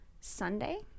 Sunday